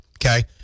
Okay